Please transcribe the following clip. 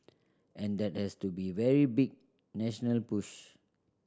and that has to be very big national push